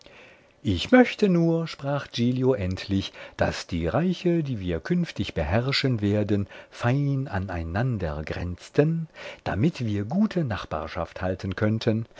ich möchte nur sprach giglio endlich daß die reiche die wir künftig beherrschen werden fein aneinandergrenzten damit wir gute nachbarschaft halten könnten